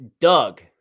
Doug